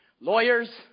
lawyers